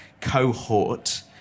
cohort